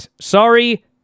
Sorry